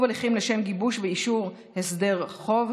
הליכים לשם גיבוש ואישור הסדר חוב),